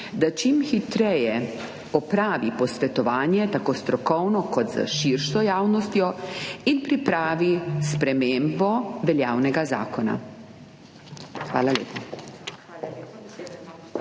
da čim hitreje opravi posvetovanje tako s strokovno kot s širšo javnostjo in pripravi spremembo veljavnega zakona. Hvala lepa.